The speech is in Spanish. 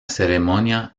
ceremonia